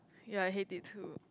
ya I hate it too